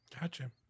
gotcha